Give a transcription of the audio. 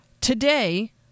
Today